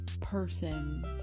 person